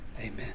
Amen